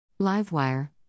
Livewire